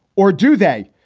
or do they?